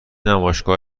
نمایشگاه